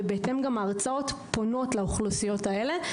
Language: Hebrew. ובהתאם ההרצאות פונות גם לאוכלוסיות האלה.